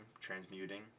transmuting